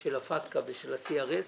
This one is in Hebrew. של הפטק"א ושל ה-CRS,